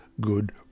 Good